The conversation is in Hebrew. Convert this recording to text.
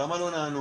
כמה לא נענו,